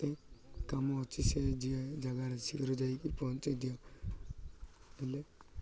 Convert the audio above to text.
ତ କାମ ଅଛି ସେ ଯିଏ ଜାଗାରେ ଶୀଘ୍ର ଯାଇକି ପହଞ୍ଚାଇ ଦିଅ ହେଲେ